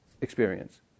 experience